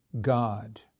God